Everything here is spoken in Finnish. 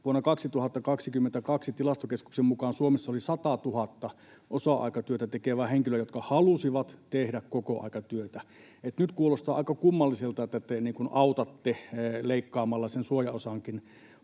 vuonna 2022 Tilastokeskuksen mukaan Suomessa oli 100 000 osa-aikatyötä tekevää henkilöä, jotka halusivat tehdä kokoaikatyötä. Nyt kuulostaa aika kummalliselta, että te niin kuin autatte leikkaamalla sen suojaosankin